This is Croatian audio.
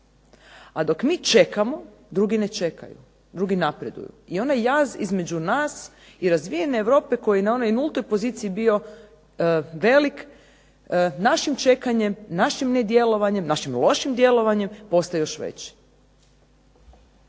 A dok mi čekamo drugi ne čekaju, drugi napreduju i onaj jaz između nas i razvijene Europe koji je na onoj nultoj poziciji bio velik našim čekanjem, našim nedjelovanje, našim lošim djelovanjem postaje još veći